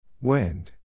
Wind